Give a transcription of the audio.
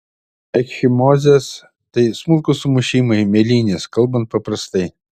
ekchimozės tai smulkūs sumušimai mėlynės kalbant paprastai